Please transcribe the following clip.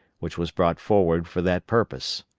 which was brought forward for that purpose.